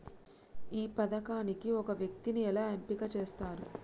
ఈ పథకానికి ఒక వ్యక్తిని ఎలా ఎంపిక చేస్తారు?